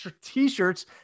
t-shirts